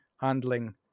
handling